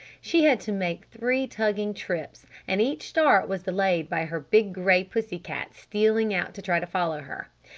she had to make three tugging trips. and each start was delayed by her big gray pussy cat stealing out to try to follow her.